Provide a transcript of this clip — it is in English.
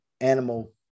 animal